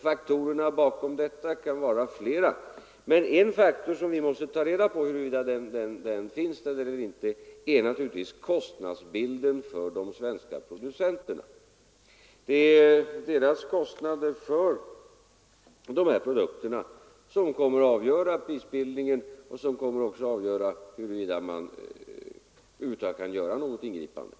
Faktorerna bakom detta förhållande kan vara flera, men en faktor som vi måste ta reda på är kostnadsbilden för de svenska producenterna. Det är deras kostnader för dessa produkter som kommer att avgöra prisbildningen och som kommer att avgöra huruvida man över huvud taget kan göra något ingripande.